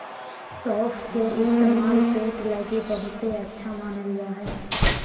सौंफ के इस्तेमाल पेट लगी बहुते अच्छा मानल जा हय